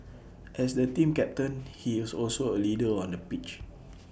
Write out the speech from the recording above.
as the team captain he is also A leader on the pitch